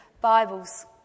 Bibles